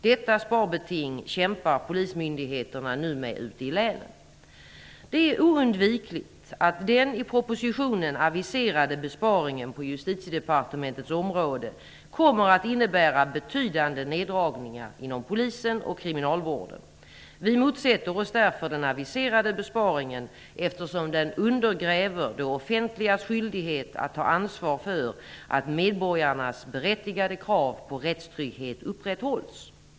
Detta sparbeting kämpar polismyndigheterna nu med ute i länen. Det är oundvikligt att den i propositionen aviserade besparingen på Justitiedepartementets område kommer att innebära betydande neddragningar inom Polisen och kriminalvården. Vi motsätter oss därför den aviserade besparingen, eftersom den undergräver det offentligas skyldighet att ta ansvar för att medborgarnas berättigade krav på rättstrygghet upprätthålls.